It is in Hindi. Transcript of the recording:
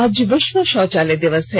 आज विश्व शौचालय दिवस है